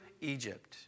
Egypt